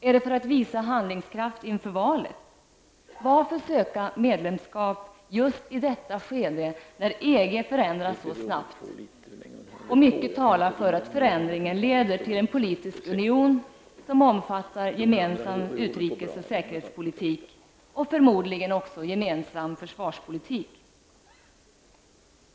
Är det för att visa handlingskraft inför valet? Varför söka medlemskap just i detta skede, när EG förändas så snabbt och mycket talar för att förändringen leder till en politisk union som omfattar gemensam utrikes och säkerhetspolitik och förmodligen även gemensam försvarspolitik.